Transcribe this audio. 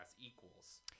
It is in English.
equals